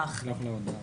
שמחה על הוועדה,